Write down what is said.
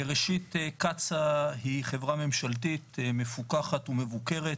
ראשית קצא"א היא חברה ממשלתית מפוקחת ומבוקרת,